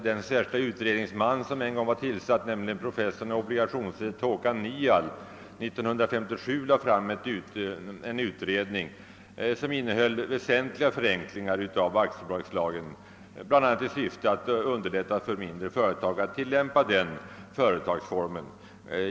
Den särskilda utredningsman som en gång var tillsatt, professorn i obligationsrätt Håkan Nial, lade 1957 fram en utredning, som innehöll förslag till väsentliga förenklingar av aktiebolagslagen, bl.a. i syfte att underlätta för mindre företag att tillämpa aktiebolagsformen.